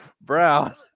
Brown